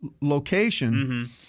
location